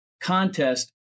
contest